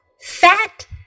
fat